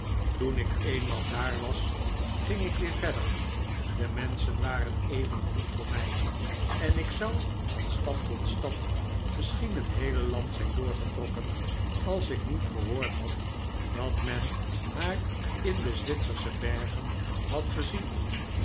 toen ik eenmaal daar was ging ik weer verder de menschen waren even goed voor mij en ik zou van stad tot stad misschien het heele land zijn doorgetrokken als ik niet gehoord had dat men haar in de zwitsersche bergen had gezien